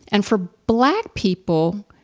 and for black people,